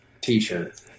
T-shirt